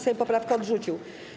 Sejm poprawkę odrzucił.